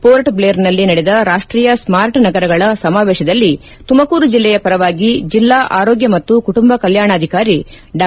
ಹೋರ್ಟ್ ಭ್ಲೇರ್ನಲ್ಲಿ ನಡೆದ ರಾಷ್ಷೀಯ ಸ್ಟಾರ್ಚ್ ನಗರಗಳ ಸಮಾವೇಶದಲ್ಲಿ ತುಮಕೂರು ಜಿಲ್ಲೆಯ ಪರವಾಗಿ ಜಿಲ್ಲಾ ಆರೋಗ್ಯ ಮತ್ತು ಕುಟುಂಬ ಕಲ್ಯಾಣಾಧಿಕಾರಿ ಡಾ